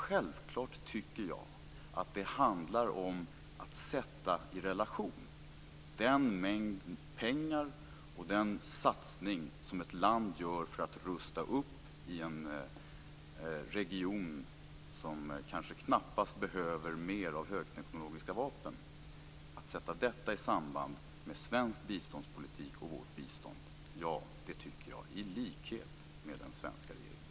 Självklart tycker jag att det handlar om att sätta den mängd pengar som avsätts och den satsning som ett land gör för att rusta upp i en region som knappast behöver mer av högteknologiska vapen i samband med svensk biståndspolitik och vårt bistånd. Ja, det tycker jag, i likhet med den svenska regeringen.